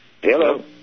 Hello